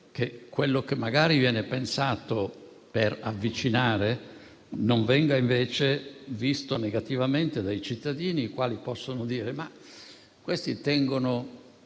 che quello che magari viene pensato per avvicinare, non venga invece visto negativamente dai cittadini, i quali possono dire: tengono